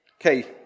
Okay